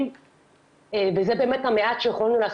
כידוע לכולנו, אנו נמצאים היום במצב לא שגרתי.